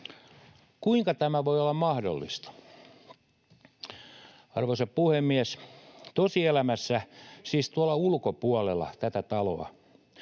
Kuinka tämä voi olla mahdollista? Arvoisa puhemies! Tosielämässä, siis tuolla ulkopuolella tätä taloa,